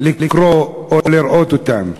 לקרוא או לראות אותן.